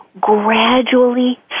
gradually